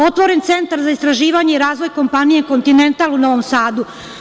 Otvoren je Centar za istraživanje i razvoj kompanije „Kontinental“ u Novom Sadu.